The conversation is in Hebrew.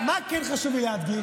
מה כן חשוב לי להדגיש?